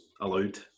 allowed